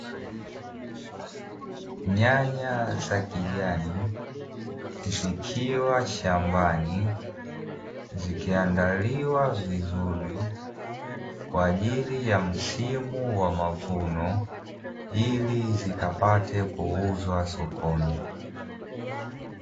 Nyanya za kijani zikiwa shambani zikiandaliwa vizuri kwa ajili ya msimu wa mavuno ili zikapate kuuzwa sokoni.